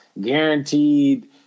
guaranteed